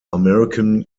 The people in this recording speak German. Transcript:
american